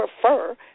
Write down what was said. prefer